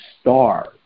star